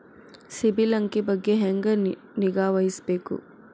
ಸಿಬಿಲ್ ಅಂಕಿ ಬಗ್ಗೆ ಹೆಂಗ್ ನಿಗಾವಹಿಸಬೇಕು?